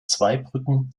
zweibrücken